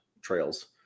trails